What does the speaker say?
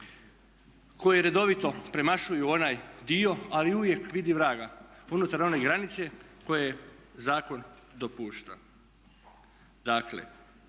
koje redovito premašuju onaj dio. Ali uvijek vidi vraga unutar granice koje zakon dopušta.